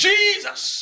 Jesus